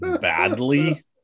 badly